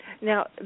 Now